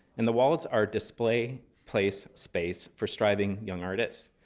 and the walls are display place space for striving young artists.